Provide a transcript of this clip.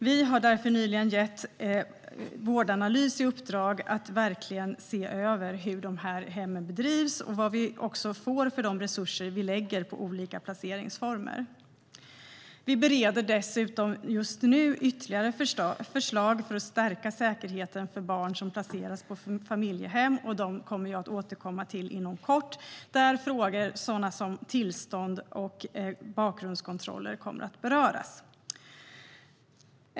Vi har därför gett Vårdanalys i uppdrag att verkligen se över hur de här hemmen bedrivs och vad vi får för de resurser vi lägger på olika placeringsformer. Vi bereder dessutom just nu ytterligare förslag för att stärka säkerheten för barn som placeras i familjehem. Frågor som tillstånd och bakgrundskontroller kommer att beröras, och jag kommer att återkomma till detta inom kort.